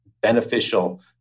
beneficial